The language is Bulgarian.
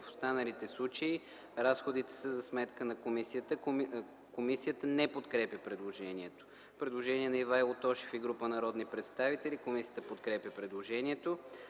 В останалите случаи разходите са за сметка на комисията.” Комисията не подкрепя предложението. Предложение на Ивайло Тошев и група народни представители. Комисията подкрепя предложението.